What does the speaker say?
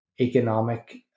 economic